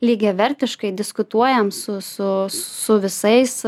lygiavertiškai diskutuojam su su su visais